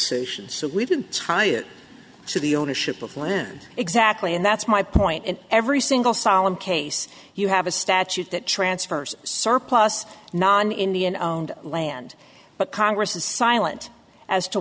secession so we didn't try it so the ownership of land exactly and that's my point in every single solemn case you have a statute that transfers surplus non indian owned land but congress is silent as to